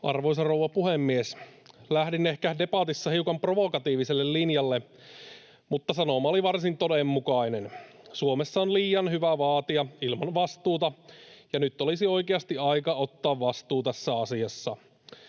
Arvoisa rouva puhemies! Lähdin ehkä debatissa hiukan provokatiiviselle linjalle, mutta sanoma oli varsin todenmukainen: Suomessa on liian hyvä vaatia ilman vastuuta, ja nyt olisi oikeasti aika ottaa vastuu tässä asiassa.